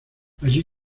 allí